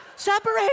Separate